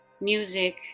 music